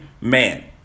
man